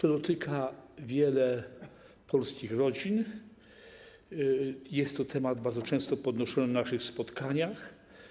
To dotyka wiele polskich rodzin, jest to temat bardzo często podnoszony na naszych spotkaniach.